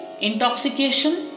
intoxication